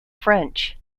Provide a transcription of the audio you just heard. french